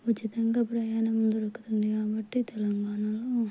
ఉచితంగా ప్రయాణం దొరుకుతుంది కాబట్టి తెలంగాణలో